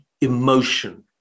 emotion